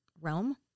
realm